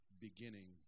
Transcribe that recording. beginning